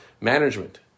management